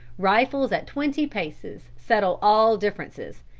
rifles at twenty paces settle all differences,